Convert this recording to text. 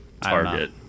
Target